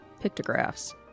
pictographs